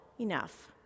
enough